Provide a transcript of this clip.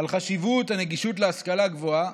שיש חשיבות לנגישות של השכלה גבוהה,